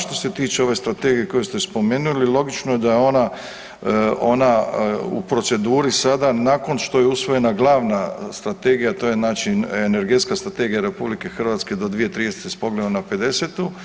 Što se tiče ove strategije koju ste spomenuli logično je da je ona, ona u proceduri sada nakon što je usvojena glavna strategija to je znači Energetska strategija RH do 2030. s pogledom na 50.